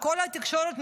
כל התקשורת,